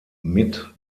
mit